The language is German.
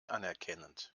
anerkennend